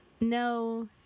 No